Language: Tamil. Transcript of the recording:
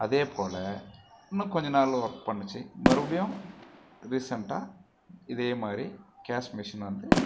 அதேப்போல் இன்னும் கொஞ்சம் நாள் ஒர்க் பண்ணுச்சு மறுபடியும் ரீசண்ட்டாக இதே மாதிரி கேஷ் மிஷின் வந்து